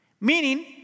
Meaning